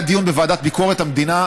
היה דיון בוועדה לביקורת המדינה,